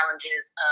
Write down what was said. challenges